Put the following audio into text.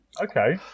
okay